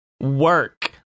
work